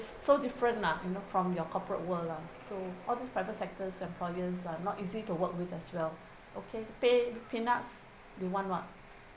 so different lah you know from your corporate world lah so all those private sectors' employers are not easy to work with as well okay pay peanuts they want what